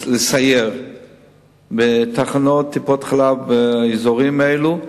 לסייר בתחנות טיפות-חלב באזורים האלה,